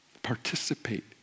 participate